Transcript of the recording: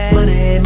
Money